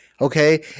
okay